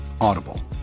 Audible